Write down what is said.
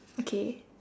okay